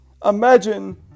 Imagine